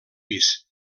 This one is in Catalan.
pis